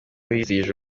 bizihije